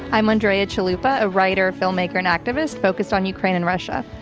i'm andrea chalupa, a writer, filmmaker and activist focused on ukraine and russia.